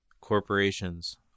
corporations